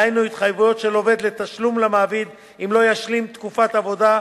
דהיינו התחייבות עובד לתשלום למעביד אם לא ישלים תקופת עבודה.